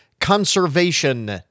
Conservation